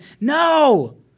no